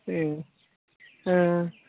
ए ओ